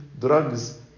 drugs